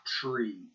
tree